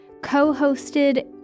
co-hosted